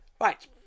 Right